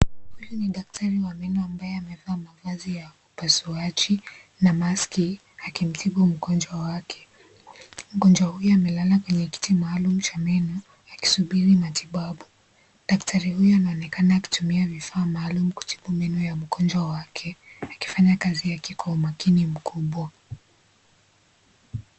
Huyu ni daktari wa meno ambaye amevaa mavazi ya upasuaji na maski akimtibu mgonjwa wake mgonjwa huyu amelala kwenye kiti maalum cha meno akisubiri matibabu. Daktari huyu anaonekana akitumia vifaa maalum kutibu meno ya mgonjwa wake akifanya kazi ya kwa umakini mkubwa.